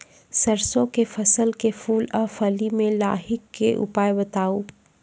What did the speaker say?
सरसों के फसल के फूल आ फली मे लाहीक के उपाय बताऊ?